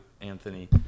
Anthony